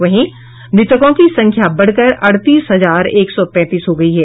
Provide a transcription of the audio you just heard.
वहीं मृतकों की संख्या बढ़कर अड़तीस हजार एक सौ पैंतीस हो गयी है